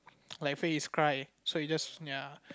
like fake his cry so he just ya